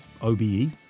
OBE